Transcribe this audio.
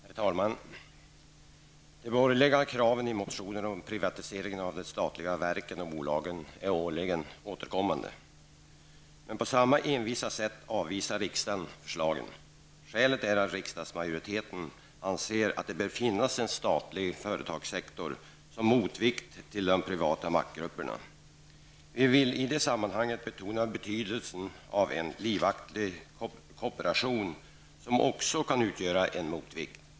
Herr talman! De borgerliga kraven i motioner om privatisering av de statliga verken och bolagen är årligen återkommande. På samma envisa sätt avvisar riksdagen förslagen. Skälet är att riksdagsmajoriteten anser att det bör finnas en statlig företagssektor som motvikt till de privata maktgrupperna. Vi vill i det sammanhanget betona betydelsen av en livaktig kooperation som också kan utgöra en motvikt.